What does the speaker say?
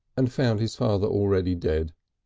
and found his father already dead.